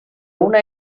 una